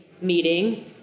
meeting